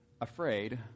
afraid